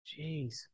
Jeez